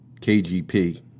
KGP